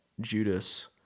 Judas